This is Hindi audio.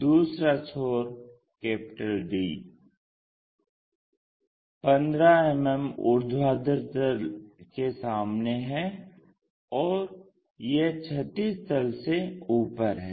दूसरा छोर D 15मिमी ऊर्ध्वाधर तल के सामने है और यह क्षैतिज तल से ऊपर है